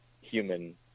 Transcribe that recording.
human